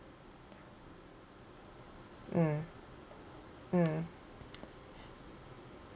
mm mm